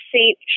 saint